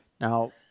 Now